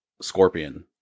Scorpion